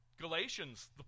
Galatians